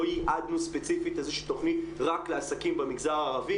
לא ייעדנו ספציפית איזושהי תכנית רק לעסקים במגזר הערבי.